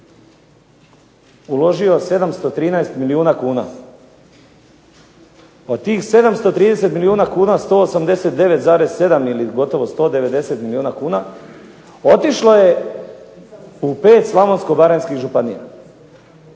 uložio 730 milijuna kuna. Od tih 730 milijuna kuna 189,7 ili gotovo 190 milijuna kuna, otišlo je u 5 Slavonsko-baranjskih županija.